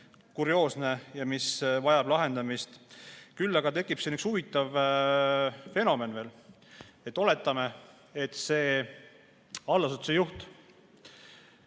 kurioosne ja mis vajab lahendamist. Küll aga tekib siin üks huvitav fenomen. Oletame, et see allasutuse juht